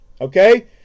Okay